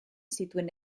zituen